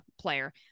player